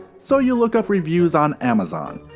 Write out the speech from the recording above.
so you look up reviews on amazon,